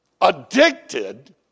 addicted